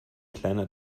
kleiner